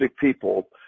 people